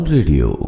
Radio